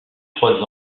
trois